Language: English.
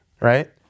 right